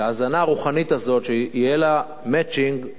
וההזנה הרוחנית הזאת שיהיה לה "מצ'ינג",